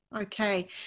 Okay